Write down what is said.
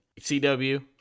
CW